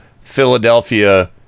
Philadelphia